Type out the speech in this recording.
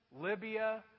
Libya